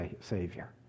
savior